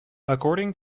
according